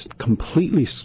completely